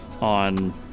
on